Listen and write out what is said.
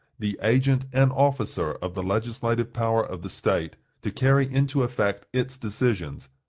the agent and officer of the legislative power of the state, to carry into effect its decisions,